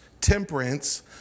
temperance